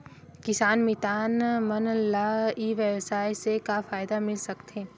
किसान मितान मन ला ई व्यवसाय से का फ़ायदा मिल सकथे?